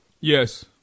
Yes